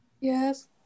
Yes